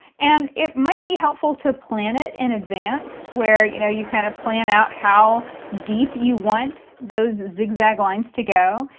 and it might be helpful to plan it in and advance, where you know you kind of plan out how deep you want those zigzag lines to go.